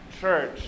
church